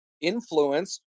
Influence